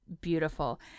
beautiful